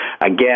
Again